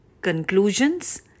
conclusions